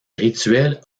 rituel